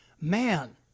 man